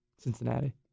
Cincinnati